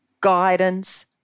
guidance